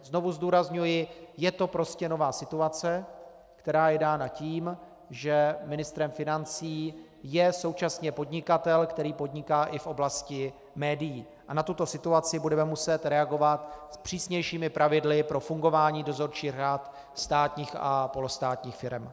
Znovu zdůrazňuji, je to prostě nová situace, která je dána tím, že ministrem financí je současně podnikatel, který podniká i v oblasti médií, a na tuto situaci budeme muset reagovat přísnějšími pravidly pro fungování dozorčích rad státních a polostátních firem.